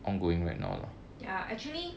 ya actually